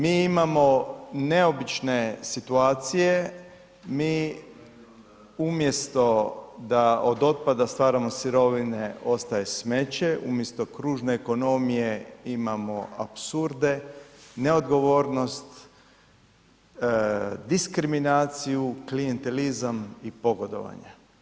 Mi imamo neobične situacije, mi umjesto da od otpada stvaramo sirovine, ostaje smeće, umjesto kružne ekonomije imamo apsurde, neodgovornost, diskriminaciju, klijentelizam i pogodovanje.